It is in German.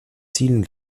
zielen